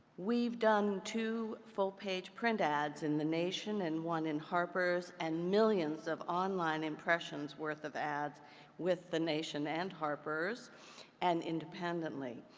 we've done two full page print ads in the nation, and one in harpers and millions of online impressions worth of ads with with the nation and harpers and independently.